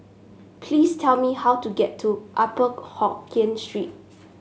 please tell me how to get to Upper Hokkien Street